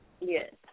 Yes